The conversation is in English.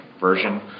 version